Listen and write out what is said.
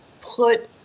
put